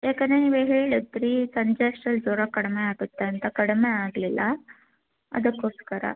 ಯಾಕಂದರೆ ನೀವೇ ಹೇಳಿದ್ರಿ ಸಂಜೆ ಅಷ್ಟ್ರಲ್ಲಿ ಜ್ವರ ಕಡಿಮೆ ಆಗುತ್ತೆ ಅಂತ ಕಡಿಮೆ ಆಗಲಿಲ್ಲ ಅದಕ್ಕೋಸ್ಕರ